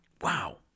Wow